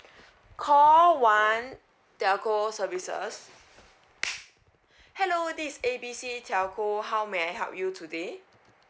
call one telco services hello this is A B C telco how may I help you today